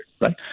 right